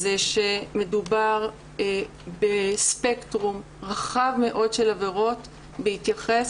שמדובר בספקטרום רחב מאוד של עבירות בהתייחס